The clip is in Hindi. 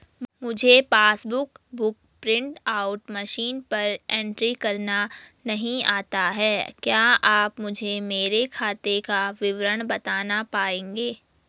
मुझे passbook book print out machine पर एंट्री करना नहीं आता है क्या आप मुझे मेरे खाते का विवरण बताना पाएंगे?